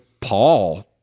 paul